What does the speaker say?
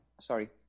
Sorry